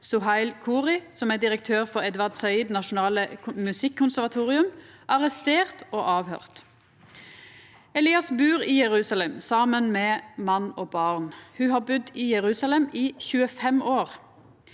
Suhail Khoury, som er direktør for Edward Said nasjonale musikkonservatorium, arresterte og avhøyrde. Elias bur i Jerusalem saman med mann og barn. Ho har budd i Jerusalem i 25 år,